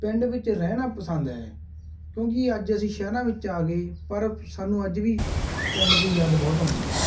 ਪਿੰਡ ਵਿੱਚ ਰਹਿਣਾ ਪਸੰਦ ਹੈ ਕਿਉਂਕਿ ਅੱਜ ਅਸੀਂ ਸ਼ਹਿਰਾਂ ਵਿੱਚ ਆ ਗਏ ਪਰ ਸਾਨੂੰ ਅੱਜ ਵੀ ਪਿੰਡ ਦੀ ਯਾਦ ਬਹੁਤ ਆਉਂਦੀ ਹੈ